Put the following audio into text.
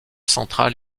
centrale